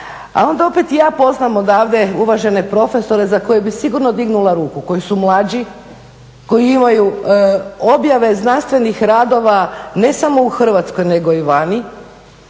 A onda opet ja poznam odavde uvažene profesore za koje bi sigurno dignula ruku, koji su mlađi, koji imaju objave znanstvenih radova ne samo u Hrvatskoj nego i vani,